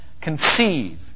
conceive